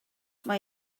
mae